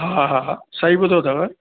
हा हा हा सही ॿुधो अथव